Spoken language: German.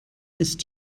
ist